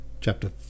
Chapter